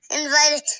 invited